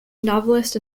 novelist